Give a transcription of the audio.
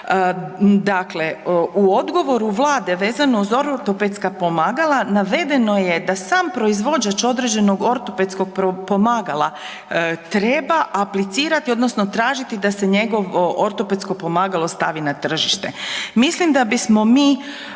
Dakle, u odgovoru vlade vezano za ortopedska pomagala navedeno je da sam proizvođač određenog ortopedskog pomagala treba aplicirati odnosno tražiti da se njegovo ortopedsko pomagalo stavi na tržište. Mislim da bismo mi